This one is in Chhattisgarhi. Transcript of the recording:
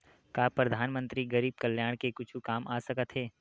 का परधानमंतरी गरीब कल्याण के कुछु काम आ सकत हे